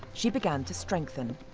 she began to strengthen.